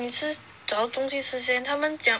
你吃找东西吃先他们讲